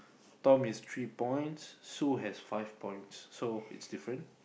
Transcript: Tom is three points Sue has five points so it's different